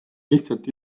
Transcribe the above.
lihtsalt